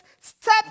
step